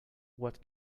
what